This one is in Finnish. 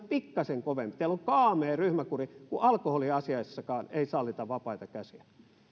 pikkasen kovempi teillä on kaamea ryhmäkuri kun alkoholiasioissakaan ei sallita vapaita käsiä